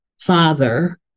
father